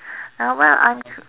uh why I